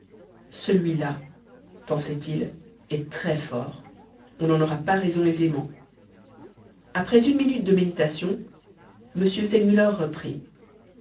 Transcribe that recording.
celui-là pensaient-ils est très-fort on n'en aura pas raison aisément après une minute de méditation m segmuller reprit